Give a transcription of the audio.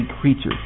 creatures